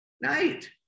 night